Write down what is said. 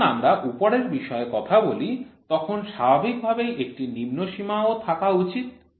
যখন আমরা উপরের বিষয়ে কথা বলি তখন স্বাভাবিকভাবেই একটি নিম্ন সীমাও থাকা উচিত